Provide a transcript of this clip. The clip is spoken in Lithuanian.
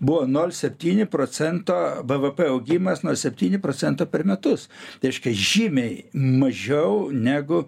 buvo nol septyni procento bvp augimas nol septyni procento per metus reiškia žymiai mažiau negu